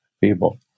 people